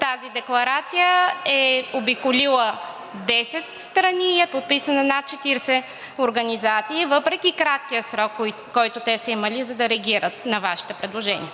тази декларация е обиколила 10 страни и е подписана от над 40 организации въпреки краткия срок, който те са имали, за да реагират на Вашите предложения.